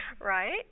right